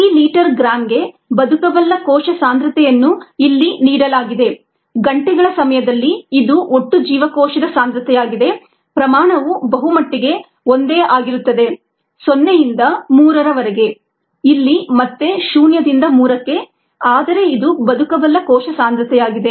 ಪ್ರತಿ ಲೀಟರ್ ಗ್ರಾಂಗೆ ಬದುಕಬಲ್ಲ ಕೋಶ ಸಾಂದ್ರತೆಯನ್ನು ಇಲ್ಲಿ ನೀಡಲಾಗಿದೆ ಗಂಟೆಗಳ ಸಮಯದಲ್ಲಿ ಇದು ಒಟ್ಟು ಜೀವಕೋಶದ ಸಾಂದ್ರತೆಯಾಗಿದೆ ಪ್ರಮಾಣವು ಬಹುಮಟ್ಟಿಗೆ ಒಂದೇ ಆಗಿರುತ್ತದೆ 0 ಯಿಂದ 3 ರವರೆಗೆ ಇಲ್ಲಿ ಮತ್ತೆ ಶೂನ್ಯದಿಂದ ಮೂರಕ್ಕೆ ಆದರೆ ಇದು ಬದುಕಬಲ್ಲ ಕೋಶ ಸಾಂದ್ರತೆಯಾಗಿದೆ